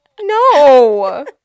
No